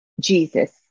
Jesus